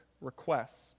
requests